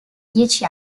dieci